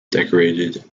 decorated